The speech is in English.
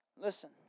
Listen